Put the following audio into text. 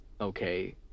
okay